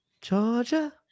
Georgia